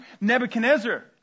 Nebuchadnezzar